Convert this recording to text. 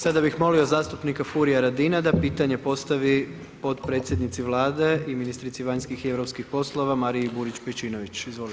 Sada bih molimo zastupnika Furia Radina da pitanje postavi potpredsjednici Vlade i ministrici vanjskih i europskih poslova Mariji Burić Pejčinović, izvolite.